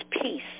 peace